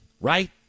right